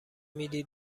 میدی